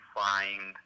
find